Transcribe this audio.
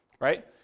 right